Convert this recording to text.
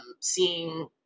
Seeing